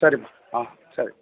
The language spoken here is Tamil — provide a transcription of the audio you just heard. சரிம்மா ஆ சரி